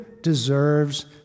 deserves